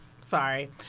sorry